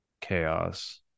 chaos